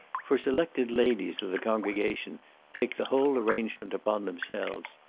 for selected ladies of the congregation take the whole arrangement upon themselves.